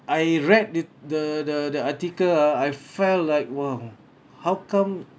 I read i~ the the the article ah I fell like !wow! how come